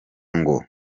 ngo